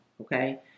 Okay